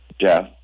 Jeff